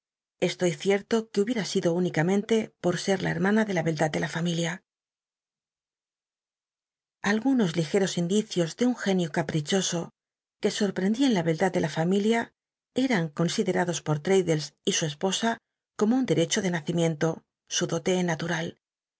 estoy cierto que hubiera sido ún icamente por ser la hermana ele la beldad ele la fam ilia algunos ligeros indicios de un genio eapticboso que sorprendí en la beldar de la fam ilia eran considerados por rraddlcs y su esposa corno un derecho de nacimiento su dote na